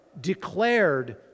declared